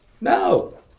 No